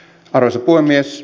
arvoisa puhemies